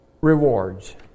Rewards